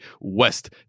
West